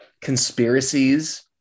conspiracies